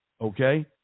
Okay